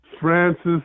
Francis